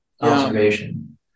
observation